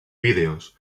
vídeos